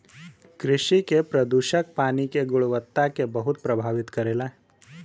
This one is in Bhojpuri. कृषि के प्रदूषक पानी के गुणवत्ता के बहुत प्रभावित करेला